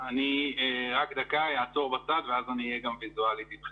בהרבה מאוד מובנים ובוודאי בימים האלה של